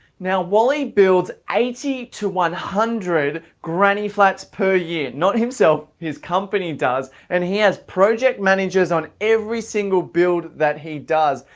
now wally built eighty to one hundred granny flats per year. not himself, his company does and he has project managers on every single build that he does.